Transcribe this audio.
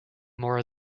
more